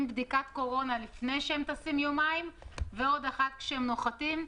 בדיקת קורונה יומיים לפני שהם טסים ועוד אחת כשהם נוחתים.